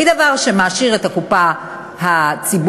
היא דבר שמעשיר את הקופה הציבורית,